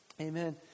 Amen